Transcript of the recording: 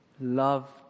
loved